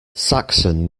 saxon